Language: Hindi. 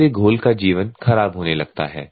इससे घोल का जीवन खराब होने लगता है